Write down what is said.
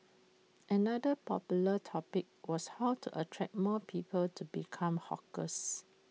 another popular topic was how to attract more people to become hawkers